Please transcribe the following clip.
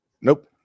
nope